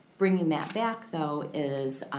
bringing that back, though, is